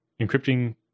encrypting